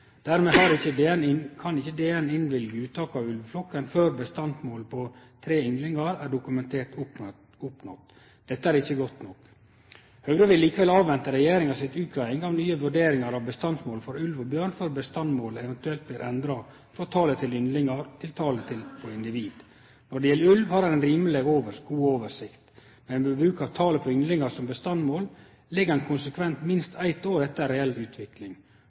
Dermed kan ikkje DN gå med på uttak av ulveflokken før bestandsmålet på tre ynglingar er dokumentert oppnådd. Dette er ikkje godt nok. Høgre vil likevel avvente regjeringa si utgreiing og nye vurderingar av bestandsmålet for ulv og bjørn før bestandsmålet eventuelt blir endra frå talet på ynglingar til talet på individ. Når det gjeld ulv, har ein rimeleg god oversikt, men med bruk av talet på ynglingar som bestandsmål ligg ein konsekvent minst eitt år etter reell utvikling.